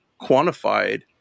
quantified